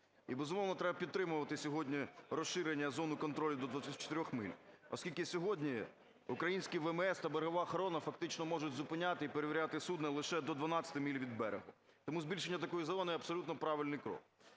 І безумовно, треба підтримувати сьогодні розширення зони контролю до 24 миль, оскільки сьогодні українські ВМС та берегова охорона фактично можуть зупиняти і перевіряти судна лише до 12 миль від берега. Тому збільшення такої зони – абсолютно правильний крок.